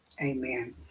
Amen